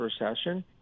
recession